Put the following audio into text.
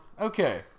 okay